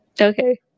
okay